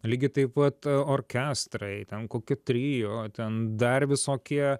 lygiai taip pat orkestrai ten koki trio ten dar visokie